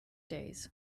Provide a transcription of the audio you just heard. days